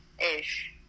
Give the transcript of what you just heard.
Ish